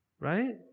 right